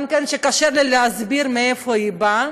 שגם קשה לי להסביר מאיפה היא באה.